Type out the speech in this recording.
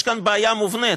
יש כאן בעיה מובנית: